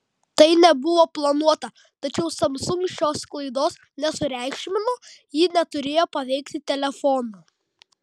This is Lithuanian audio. tai nebuvo planuota tačiau samsung šios klaidos nesureikšmino ji neturėjo paveikti telefonų